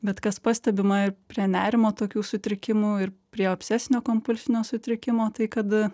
bet kas pastebima ir prie nerimo tokių sutrikimų ir prie obsesinio kompulsinio sutrikimo tai kad